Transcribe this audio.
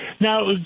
Now